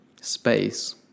space